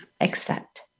accept